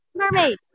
mermaid